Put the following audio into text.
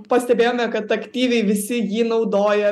pastebėjome kad aktyviai visi jį naudoja